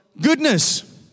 goodness